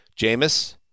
Jameis –